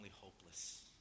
hopeless